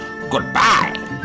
Goodbye